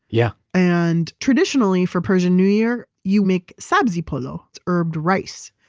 yeah and traditionally for persian new year, you make sabzi polo. it's herbed rice.